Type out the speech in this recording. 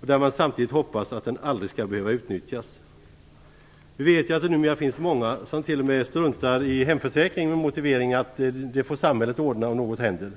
och där man samtidigt hoppas att den aldrig skall behöva utnyttjas. Vi vet ju att det numera finns många som t.o.m. struntar i hemförsäkring med motiveringen att samhället får ordna det om något händer.